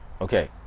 Okay